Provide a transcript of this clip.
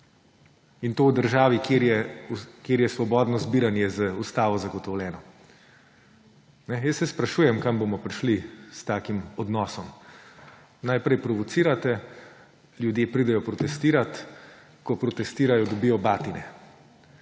In to v državi, kjer je svobodno zbiranje z ustavo zagotovljeno. Jaz se sprašujem, kam bomo prišli s takim odnosom. Najprej provocirate, ljudje pridejo protestirat, ko protestirajo, dobijo batine.